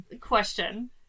question